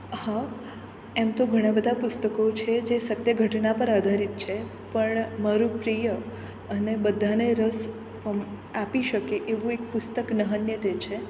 હા એમ તો ઘણા બધા પુસ્તકો છે જે સત્યઘટના પર આધારિત છે પણ મારું પ્રિય અને બધાને રસ પ આપી શકે એવું એક પુસ્તક નહન્યતે છે